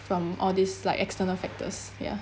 from all this like external factors ya